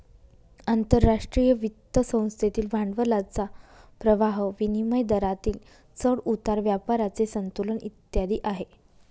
आंतरराष्ट्रीय वित्त संस्थेतील भांडवलाचा प्रवाह, विनिमय दरातील चढ उतार, व्यापाराचे संतुलन इत्यादी आहे